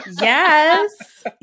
Yes